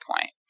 point